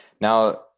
Now